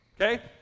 okay